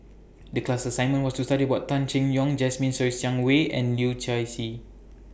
The class assignment was to study about Tan Seng Yong Jasmine Ser Xiang Wei and Leu Yew Chye